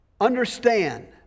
Understand